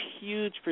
huge